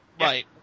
Right